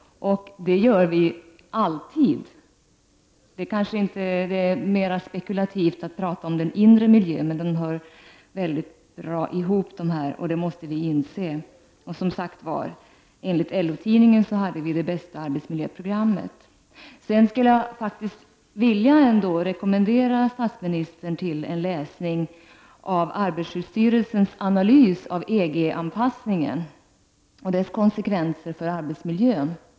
Det kanske är mer spekulativt att tala om den inre miljön, men den inre och den yttre miljön hör ihop, och det måste vi inse. Och som sagt, enligt LO-tidningen hade vi det bästa arbetsmiljöprogrammet. Jag skulle faktiskt ändå vilja rekommendera statsministern att läsa arbetarskyddsstyrelsens analys av EG-anpassningen och dess konsekvenser för arbetsmiljön.